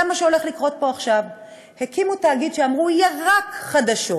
זה מה שהולך לקרות פה עכשיו: הקימו תאגיד שאמרו שהוא יהיה רק חדשות,